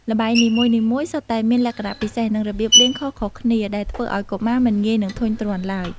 ល្បែងនីមួយៗសុទ្ធតែមានលក្ខណៈពិសេស និងរបៀបលេងខុសៗគ្នា ដែលធ្វើឲ្យកុមារមិនងាយនឹងធុញទ្រាន់ឡើយ។